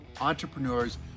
entrepreneurs